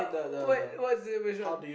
what what's the which one